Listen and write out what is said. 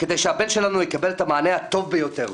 כדי שהבן שלנו יקבל את המענה הטוב ביותר.